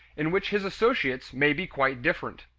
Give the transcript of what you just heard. in which his associates may be quite different.